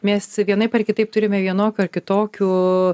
mes vienaip ar kitaip turime vienokių ar kitokių